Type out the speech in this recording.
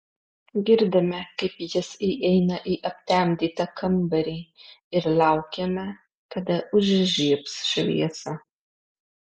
girdime kaip jis įeina į aptemdytą kambarį ir laukiame kada užžiebs šviesą